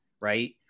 Right